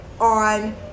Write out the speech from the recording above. on